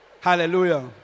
Hallelujah